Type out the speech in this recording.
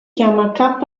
chiama